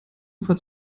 ufer